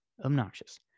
obnoxious